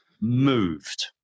moved